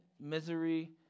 misery